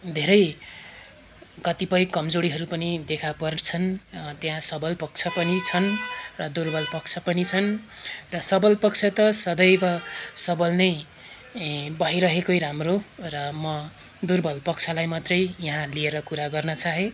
धेरै कतिपय कमजोरीहरू पनि देखापर्छन् त्यहाँ सबल पक्ष पनि छन् र दुर्बल पक्ष पनि छन् र सबल पक्ष त सदैव सबल नै भइरहेकै राम्रो र म दुर्बल पक्षलाई मात्रै यहाँ लिएर कुरा गर्न चाहेँ